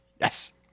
Yes